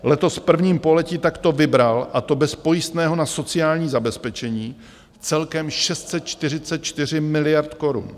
Letos v prvním pololetí takto vybral, a to bez pojistného na sociální zabezpečení, celkem 644 miliard korun.